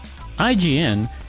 IGN